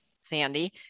Sandy